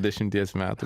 dešimties metų